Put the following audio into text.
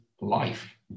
life